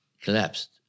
collapsed